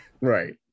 Right